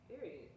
Period